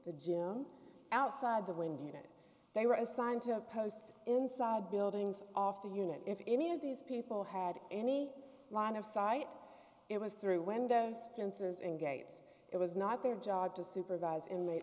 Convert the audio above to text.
the gym outside the window unit they were assigned to posts inside buildings off the unit if any of these people had any line of sight it was through windows fences and gates it was not their job to supervise